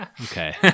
Okay